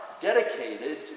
dedicated